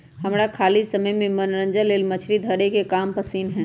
हमरा खाली समय में मनोरंजन लेल मछरी धरे के काम पसिन्न हय